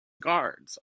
guards